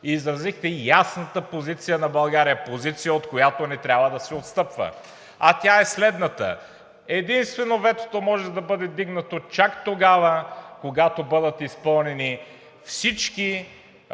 и изразихте ясната позиция на България, позиция, от която не трябва да се отстъпва. А тя е следната: единствено ветото може да бъде вдигнато чак тогава, когато бъдат изпълнени всички